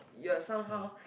you are somehow